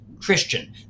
christian